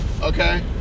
okay